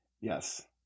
Yes